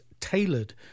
tailored